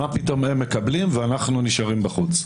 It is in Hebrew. מה פתאום הם מקבלים ואנחנו נשארים בחוץ?